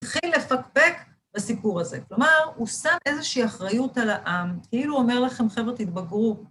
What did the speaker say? התחיל לפקפק בסיפור הזה. כלומר, הוא שם איזושהי אחריות על העם, כאילו הוא אומר לכם, חבר'ה, תתבגרו.